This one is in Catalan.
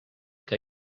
que